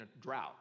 drought